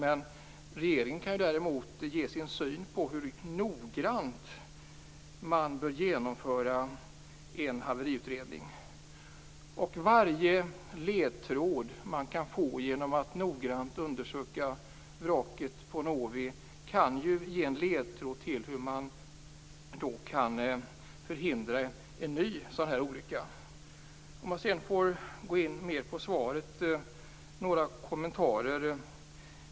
Men regeringen kan däremot ge sin syn på hur noggrant man bör genomföra en haveriutredning. Varje ledtråd man kan få genom att noggrant undersöka vraket efter Novi kan leda till kunskaper om hur man kan förhindra en ny sådan här olycka. Jag skall därefter göra några kommenterar om svaret.